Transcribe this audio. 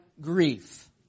grief